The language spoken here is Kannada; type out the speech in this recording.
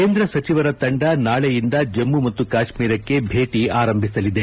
ಕೇಂದ್ರ ಸಚಿವರ ತಂಡ ನಾಳೆಯಿಂದ ಜಮ್ಮು ಮತ್ತು ಕಾಶ್ವೀರಕ್ಕೆ ಭೇಟಿಯನ್ನು ಆರಂಭಿಸಲಿದೆ